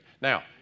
Now